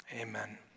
Amen